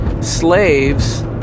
slaves